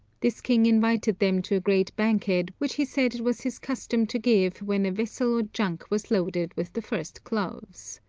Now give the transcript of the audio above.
this king invited them to a great banquet which he said it was his custom to give when a vessel or junk was loaded with the first cloves.